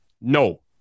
No